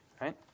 right